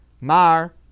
Mar